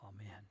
Amen